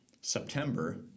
September